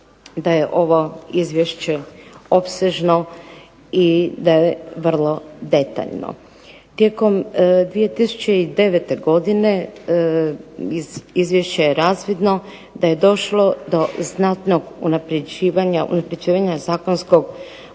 da je ovo izvješće opsežno i da je vrlo detaljno. Tijekom 2009. godine iz izvješća je razvidno da je došlo do znatnog unapređivanja zakonskog